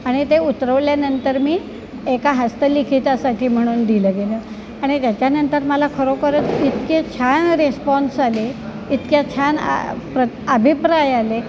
आणि ते उतरवल्यानंतर मी एका हस्तलिखितासाठी म्हणून दिलं गेलं आणि त्याच्यानंतर मला खरोखर इतके छान रेस्पॉन्स आले इतक्या छान प्र अभिप्राय आले